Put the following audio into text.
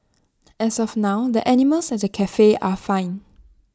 as of now the animals at the Cafe are fine